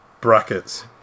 brackets